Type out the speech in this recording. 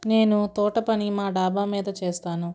నేను తోట పని మా డాబా మీద చేస్తాను